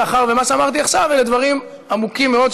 מאחר שמה שאמרתי עכשיו אלה דברים עמוקים מאוד,